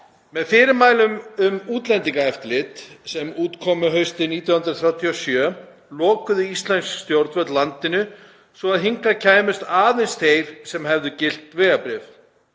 Með fyrirmælum um útlendingaeftirlit sem út komu haustið 1937 lokuðu íslensk stjórnvöld landinu svo að hingað kæmust aðeins þeir sem hefðu gilt vegabréf.